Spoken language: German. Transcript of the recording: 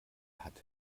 hat